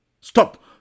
Stop